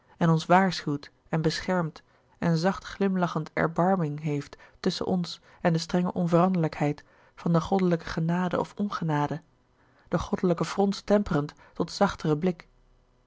en ons waarschuwt en beschermt en zacht glimlachend erbarming heeft tusschen ons en de strenge onveranderlijkheid van de goddelijke genade of ongenade den goddelijken frons temperend tot zachteren blik